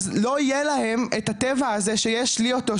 אז לא יהיה להם את הטבע הזה שיש לי אותו,